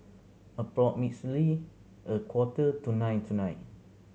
a quarter to nine tonight